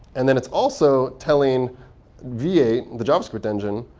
and then, it's also telling v eight, the javascript engine,